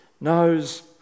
knows